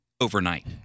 overnight